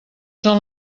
són